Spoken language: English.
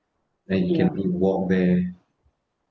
then you can only walk there